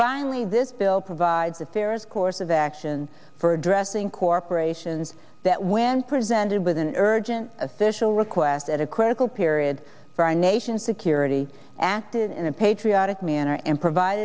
finally this bill provides affaires course of action for addressing corporations that when presented with an urgent official request at a critical period for our nation's security acted in a patriotic manner and provide